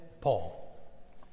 Paul